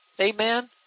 Amen